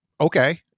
Okay